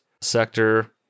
sector